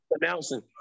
announcing